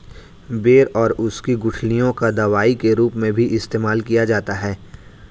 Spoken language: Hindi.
बेर और उसकी गुठलियों का दवाई के रूप में भी इस्तेमाल किया जाता है